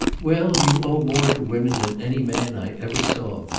well, you owe more to women than any man i ever saw.